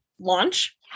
Launch